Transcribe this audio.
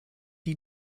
die